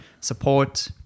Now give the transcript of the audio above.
support